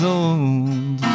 old